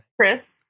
Chris